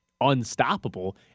unstoppable